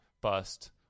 bust